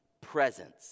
Presence